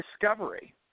discovery